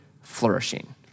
flourishing